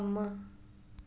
ꯑꯃ